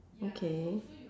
okay